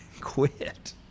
quit